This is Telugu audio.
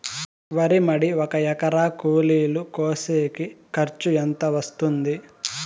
వరి మడి ఒక ఎకరా కూలీలు కోసేకి ఖర్చు ఎంత వస్తుంది?